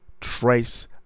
trace